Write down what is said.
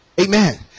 Amen